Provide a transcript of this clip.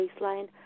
Baseline